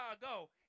go